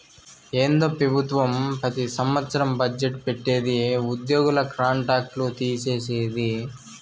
ఏందో పెబుత్వం పెతి సంవత్సరం బజ్జెట్ పెట్టిది ఉద్యోగుల కాంట్రాక్ట్ లు తీసేది